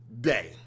Day